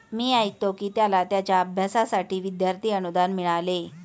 मी ऐकतो की त्याला त्याच्या अभ्यासासाठी विद्यार्थी अनुदान मिळाले